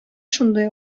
шундый